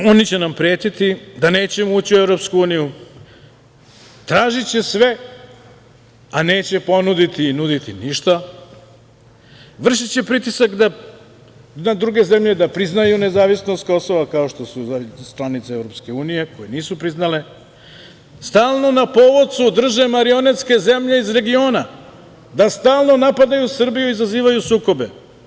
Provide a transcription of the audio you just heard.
Zato, oni će nam pretiti da nećemo ući u EU, tražiće sve a neće ponuditi ništa, vršiće pritisak na druge zemlje da priznaju nezavisnost Kosova kao što su članice EU koje nisu priznale, stalno na povocu drže marionetske zemlje iz regiona, da stalno napadaju Srbiju i izazivaju sukobe.